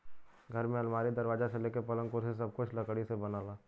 घर में अलमारी, दरवाजा से लेके पलंग, कुर्सी सब कुछ लकड़ी से बनला